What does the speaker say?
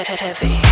heavy